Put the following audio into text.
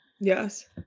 Yes